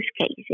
cases